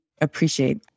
appreciate